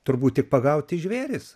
turbūt tik pagauti žvėris